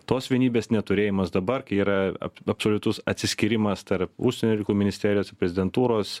tos vienybės neturėjimas dabar kai yra ab absoliutus atsiskyrimas tarp užsienio reikalų ministerijos ir prezidentūros